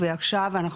זה מאוד מאוד מסוכן.